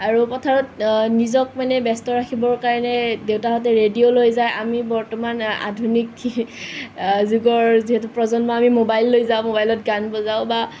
আৰু পথাৰত নিজক মানে ব্যস্ত ৰাখিবৰ কাৰণে দেউতাহঁতে ৰেডিঅ' লৈ যায় আমি বৰ্তমান আধুনিক যুগৰ যিহেতু প্ৰজন্ম আমি ম'বাইল লৈ যাওঁ গান বজাওঁ বা